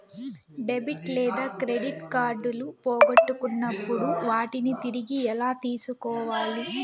debit లేదా credit కార్డులు పోగొట్టుకున్నప్పుడు వాటిని తిరిగి ఎలా తీసుకోవాలి